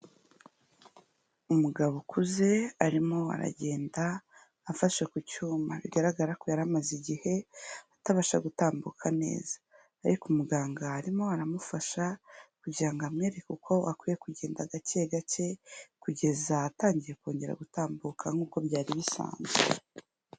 Umugabo ukuze, arimo aragenda afashe ku cyuma. Bigaragara ko yari amaze igihe atabasha gutambuka neza ariko muganga arimo aramufasha kugira ngo amwereke uko akwiye kugenda gake gake, kugeza atangiye kongera gutambuka nk'uko byari bisanzwe.